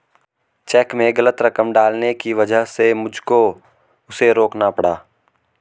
check में गलत रकम डालने की वजह से मुझको उसे रोकना पड़ा